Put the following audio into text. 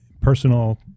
personal